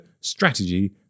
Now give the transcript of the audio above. strategy